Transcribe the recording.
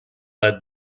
led